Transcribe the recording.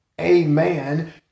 amen